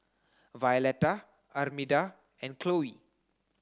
Violetta Armida and Chloe